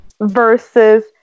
versus